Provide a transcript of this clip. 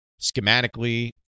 schematically